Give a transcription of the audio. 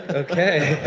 okay.